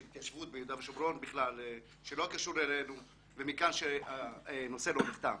התיישבות ביהודה ושומרון שלא קשור אלינו ומכאן שהנושא לא נפתר.